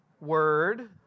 Word